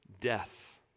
death